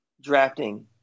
drafting